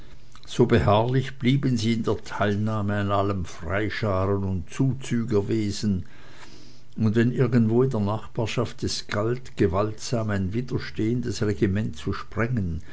so beharrlich blieben sie in der teilnahme an allem freischaren und zuzügerwesen und wenn irgendwo in der nachbarschaft es galt gewaltsam ein widerstehendes regiment zu sprengen